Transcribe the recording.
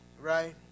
right